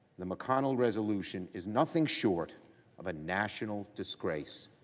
the mcconnell resolution is nothing short of a national disgrace.